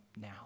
now